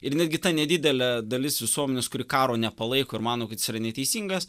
ir netgi ta nedidelė dalis visuomenės kuri karo nepalaiko ir mano kad jis yra neteisingas